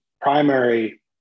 primary